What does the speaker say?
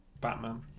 Batman